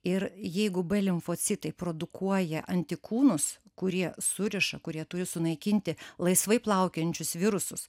ir jeigu b limfocitai produkuoja antikūnus kurie suriša kurie turi sunaikinti laisvai plaukiojančius virusus